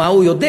מה הוא יודע,